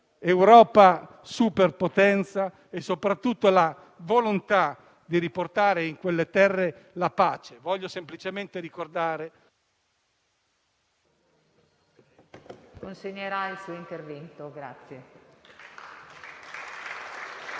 Europa superpotenza e soprattutto la volontà di riportare in quelle terre la pace. Voglio semplicemente ricordare...